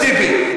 חבר הכנסת טיבי,